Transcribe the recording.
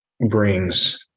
brings